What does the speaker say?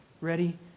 Ready